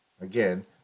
Again